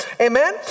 Amen